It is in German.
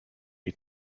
die